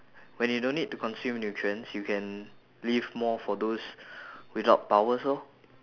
when you don't need to consume nutrients you can live more for those without powers lor